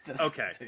Okay